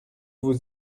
vous